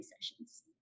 sessions